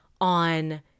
on